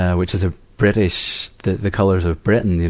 yeah which is a british, the the colors of britain, you